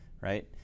Right